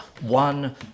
one